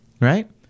Right